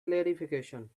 clarification